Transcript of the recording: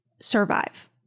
survive